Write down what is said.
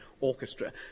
orchestra